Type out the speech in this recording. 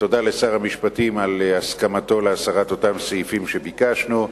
תודה לשר המשפטים על הסכמתו להסרת אותם סעיפים שביקשנו.